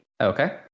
Okay